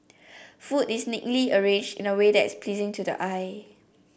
food is neatly arranged in a way that is pleasing to the eye